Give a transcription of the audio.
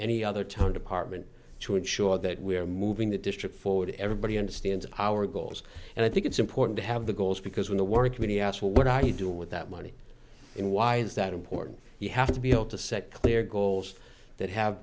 any other time department to ensure that we are moving the district forward everybody understands our goals and i think it's important to have the goals because when the word committee asked what are you doing with that money in why is that important you have to be able to set clear goals that have